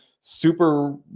super